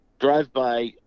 drive-by